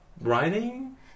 writing